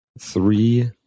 three